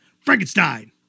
Frankenstein